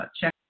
check